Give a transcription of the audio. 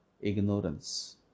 ignorance